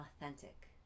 authentic